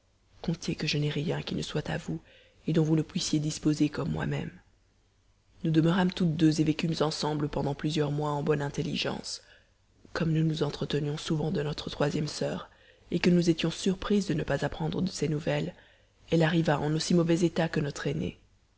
comptez que je n'ai rien qui ne soit à vous et dont vous ne puissiez disposer comme moi-même nous demeurâmes toutes deux et vécûmes ensemble pendant plusieurs mois en bonne intelligence comme nous nous entretenions souvent de notre troisième soeur et que nous étions surprises de ne pas apprendre de ses nouvelles elle arriva en aussi mauvais état que notre aînée